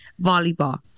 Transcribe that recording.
volleyball